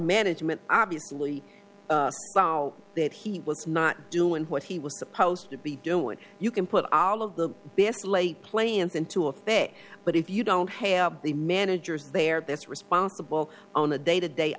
management obviously that he was not doing what he was supposed to be doing you can put all of the best laid plans into effect but if you don't have the managers they are that's responsible on a day to day